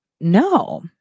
no